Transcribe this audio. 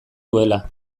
duela